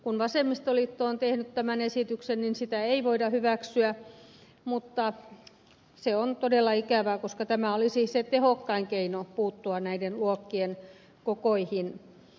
kun vasemmistoliitto on tehnyt tämän esityksen niin sitä ei voida hyväksyä mutta se on todella ikävää koska tämä olisi se tehokkain keino puuttua näiden luokkien kokoihin